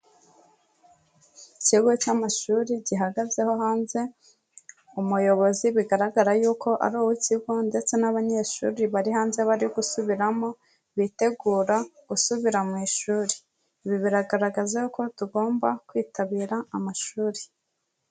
Ikigo cy'amashuri gihagazeho hanze umuyobozi bigaragara y'uko ari uw'ikigo ndetse n'abanyeshuri bari hanze barigusubiramo bitegura gusubira mu ishuri. Ibi biragaragaza ko tugomba kwitabira amashuri.